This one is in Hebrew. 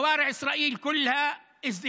רחובות ישראל כולם מלאים